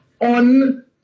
on